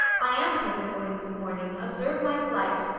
i am taking the wings of morning observe my flight!